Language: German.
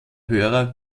hörer